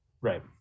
right